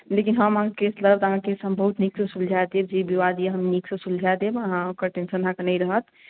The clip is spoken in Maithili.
लेकिन हम अहाँके केस लड़ब तऽ अहाँके केस हम बहुत नीकसँ सुलझा देब जे विवाद यए हम नीकसँ सुलझा देब अहाँ ओकर टेंशन अहाँकेँ नहि रहत